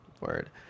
word